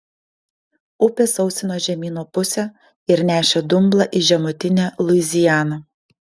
upė sausino žemyno pusę ir nešė dumblą į žemutinę luizianą